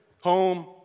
home